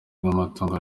bw’amatungo